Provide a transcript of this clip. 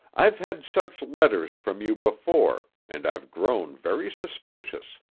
i've had such letters from you before and i've grown very suspicious.